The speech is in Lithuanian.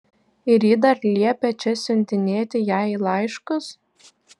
ir ji dar liepia čia siuntinėti jai laiškus